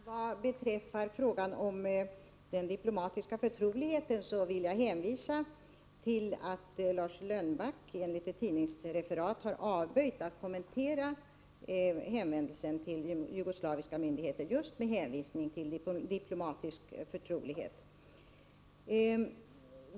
Herr talman! Vad beträffar frågan om den diplomatiska förtroligheten vill jag hänvisa till att Lars Lönnback enligt ett tidningsreferat avböjt att kommentera hänvändelsen till jugoslaviska myndigheter just med hänvisning till diplomatisk förtrolighet.